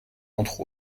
entre